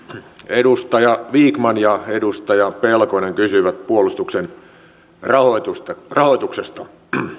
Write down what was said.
edustaja vikman ja edustaja pelkonen kysyivät puolustuksen rahoituksesta